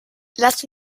lass